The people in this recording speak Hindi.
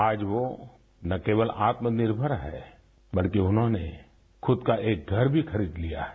आज वो ना केवल आत्मनिर्भर है बल्कि उन्होंने खुद का एक घर भी खरीद लिया है